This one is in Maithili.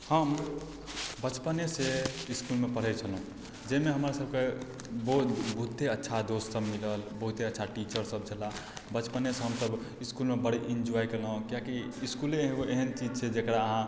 हम बचपनेसँ इसकुलमे पढ़य छलहुँ जैमे हमर सबके बहु बहुते अच्छा दोस्त सब मिलल बहुते अच्छा टीचर सब छलाह बचपनेसँ हम सब इसकुलमे पढ़य इन्जॉय कयलहुँ किएक कि इसकुले एगो एहन चीज छै जकरा अहाँ